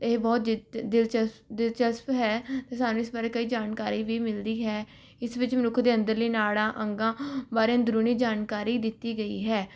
ਇਹ ਬਹੁਤ ਦਿਤ ਦਿਲਚਸਪ ਦਿਲਚਸਪ ਹੈ ਸਾਨੂੰ ਇਸ ਬਾਰੇ ਕਈ ਜਾਣਕਾਰੀ ਵੀ ਮਿਲਦੀ ਹੈ ਇਸ ਵਿੱਚ ਮਨੁੱਖ ਦੇ ਅੰਦਰਲੀ ਨਾੜਾਂ ਅੰਗਾਂ ਬਾਰੇ ਅੰਦਰੂਨੀ ਜਾਣਕਾਰੀ ਦਿੱਤੀ ਗਈ ਹੈ